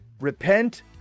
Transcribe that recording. repent